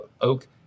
oak